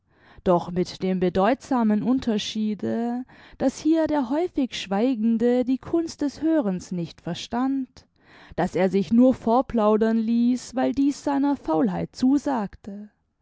doch mit dem bedeutsamen unterschiede daß hier der häufig schweigende die kunst des hörens nicht verstand daß er sich nur vorplaudern ließ weil dieß seiner faulheit zusagte